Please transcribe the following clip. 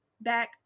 Back